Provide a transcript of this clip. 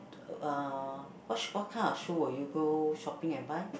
uh what kind of shoe will you go shopping and buy